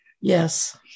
Yes